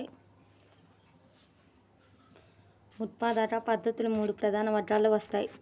ఉత్పాదక పద్ధతులు మూడు ప్రధాన వర్గాలలోకి వస్తాయి